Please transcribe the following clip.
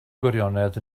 gwirionedd